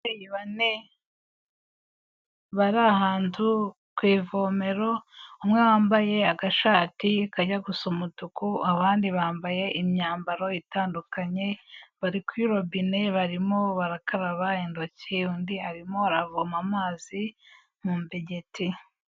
Ababyeyi bane, bari ahantu ku ivomero, umwe wambaye agashati kajya gusa umutuku, abandi bambaye imyambaro itandukanye, bari kuri robine barimo barakaraba indoki, undi arimo aravoma amazi mu mbegeti.